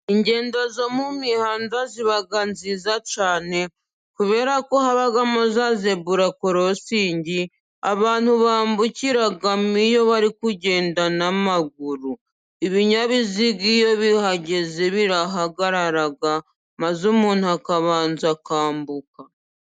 Ingendo zo mu mihanda ziba cyane, kubera ko habamo za zebura korosingi abantu bambukiramo iyo bari kugenda n'amaguru, ibinyabiziga iyo bihageze birahagarara maze umuntu akabanza akambuka.